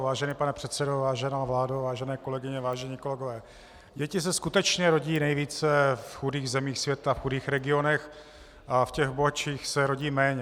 Vážený pane předsedo, vážená vládo, vážené kolegyně, vážení kolegové, děti se skutečně nejvíce rodí v chudých zemích světa, v chudých regionech, a v těch bohatších se rodí méně.